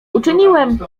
uczyniłem